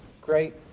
great